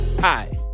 Hi